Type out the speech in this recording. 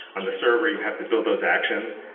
on the server, you have to build those actions.